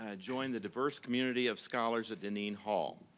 ah join the diverse community of scholars at dineen hall.